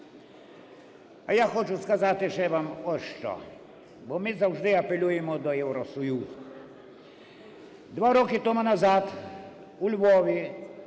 А я хочу сказати ще вам ось що, бо ми завжди апелюємо до Євросоюзу. Два роки тому назад у Львові